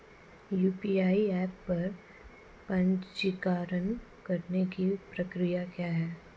UPI app पर पंजीकरण करने की प्रक्रिया क्या है?